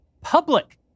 Public